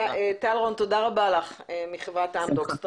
טל רון מחברת אמדוקס, תודה לך.